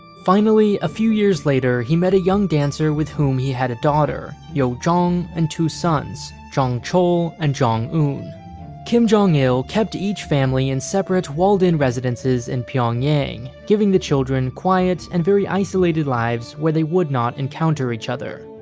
finally, a few years later, he met a young dancer with whom he had a daughter, yo-jong, and two sons, jong-chol and jong-un. kim jong-il kept each family in separate, walled-in residences in pyongyang giving the children quiet and very isolated lives where they would not encounter each other.